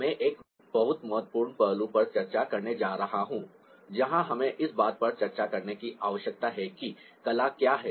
मैं एक बहुत महत्वपूर्ण पहलू पर चर्चा करने जा रहा हूं जहां हमें इस बात पर चर्चा करने की आवश्यकता है कि कला क्या है